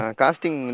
casting